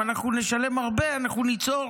אם אנחנו נשלם הרבה אנחנו ניצור